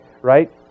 right